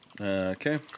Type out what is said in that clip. okay